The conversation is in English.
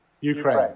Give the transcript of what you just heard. Ukraine